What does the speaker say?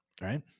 right